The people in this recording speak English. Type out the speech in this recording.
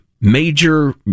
major